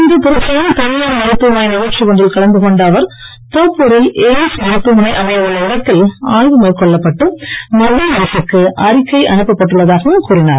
இன்று திருச்சியில் தனியார் மருத்துவமனை நிகழ்ச்சி ஒன்றில் கலந்து கொண்ட அவர்தோப்பூரில் எய்ம்ஸ் மருத்துவமனை அமைய உள்ள இடத்தில் ஆய்வு மேற்கொள்ளப்பட்டு மத்திய அரசுக்கு அறிக்கை அனுப்பப்பட்டுள்ளதாகவும் கூறினார்